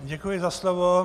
Děkuji za slovo.